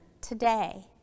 today